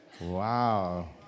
Wow